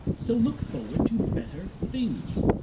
so look forward to better things.